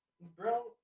Bro